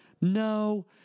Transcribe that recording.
no